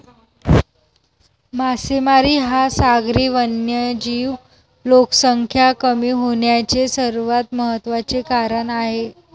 मासेमारी हा सागरी वन्यजीव लोकसंख्या कमी होण्याचे सर्वात महत्त्वाचे कारण आहे